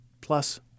plus